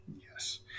Yes